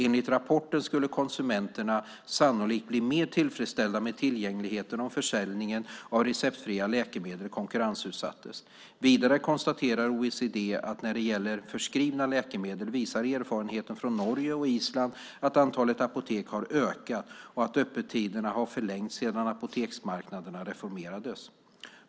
Enligt rapporten skulle konsumenterna sannolikt bli mer tillfredsställda med tillgängligheten om försäljningen av receptfria läkemedel konkurrensutsattes. Vidare konstaterar OECD att när det gäller förskrivna läkemedel visar erfarenheten från Norge och Island att antalet apotek har ökat och att öppettiderna har förlängts sedan apoteksmarknaderna reformerades.